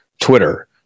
Twitter